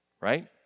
right